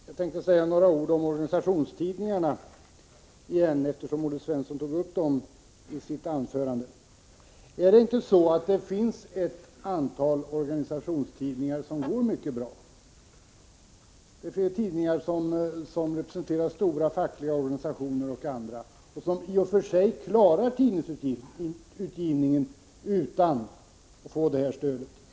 Herr talman! Jag tänkte säga några ord igen om organisationstidningarna, eftersom Olle Svensson tog upp dem i sitt anförande. Är det inte så att det finns ett antal organisationstidningar som går mycket bra? Det finns tidningar som representerar stora fackliga organisationer och andra och som klarar tidningsutgivningen utan detta stöd.